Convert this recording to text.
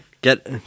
Get